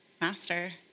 master